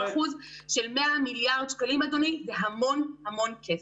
15% של 100 מיליארד שקלים זה המון המון כסף.